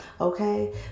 Okay